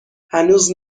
هنوز